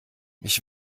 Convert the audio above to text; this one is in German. ich